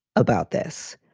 about this,